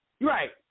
Right